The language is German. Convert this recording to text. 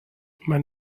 man